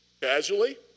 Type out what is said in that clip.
casually